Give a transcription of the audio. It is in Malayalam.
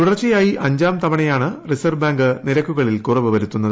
തുടർച്ചയായി അഞ്ചാം തവണയാണ് റിസർവ് ബാങ്ക് നിരക്കുകളിൽ കുറവ് വരുത്തുന്നത്